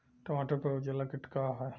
टमाटर पर उजला किट का है?